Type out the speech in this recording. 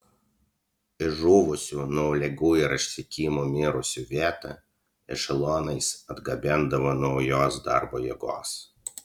į žuvusių nuo ligų ir išsekimo mirusių vietą ešelonais atgabendavo naujos darbo jėgos